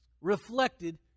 reflected